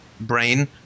brain